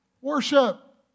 worship